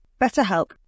BetterHelp